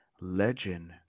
legend